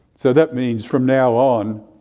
so that means from now on,